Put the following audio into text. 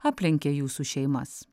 aplenkia jūsų šeimas